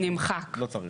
נמחק,